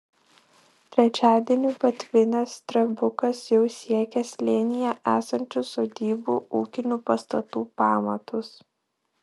trečiadienį patvinęs strebukas jau siekė slėnyje esančių sodybų ūkinių pastatų pamatus